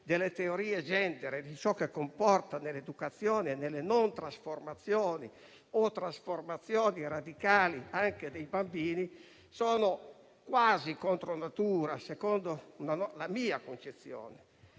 delle teorie *gender* e di ciò che comportano nell'educazione e nelle trasformazioni, anche radicali, dei bambini sono quasi contro natura, secondo la mia concezione.